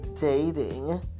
dating